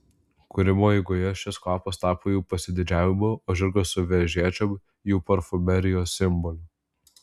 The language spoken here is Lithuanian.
kūrimo eigoje šis kvapas tapo jų pasididžiavimu o žirgas su vežėčiom jų parfumerijos simboliu